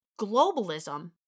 globalism